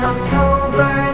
October